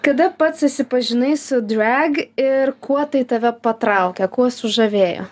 kada pats susipažinai su drag ir kuo tai tave patraukė kuo sužavėjo